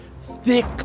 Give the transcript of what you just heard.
thick